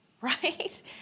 right